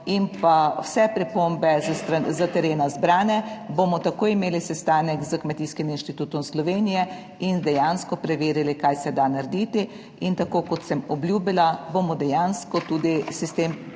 in bodo vse pripombe s terena zbrane, bomo takoj imeli sestanek s Kmetijskim inštitutom Slovenije in dejansko preverili, kaj se da narediti. Tako kot sem obljubila, bomo dejansko tudi sistem pregledali